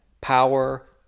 power